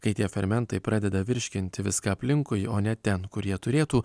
kai tie fermentai pradeda virškinti viską aplinkui o ne ten kur jie turėtų